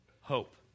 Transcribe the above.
hope